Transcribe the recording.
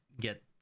get